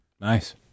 Nice